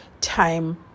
time